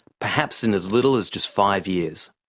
perhaps in as little as just five years.